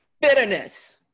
bitterness